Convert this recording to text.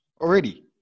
Already